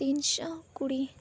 ᱛᱤᱱᱥᱳ ᱠᱩᱲᱤ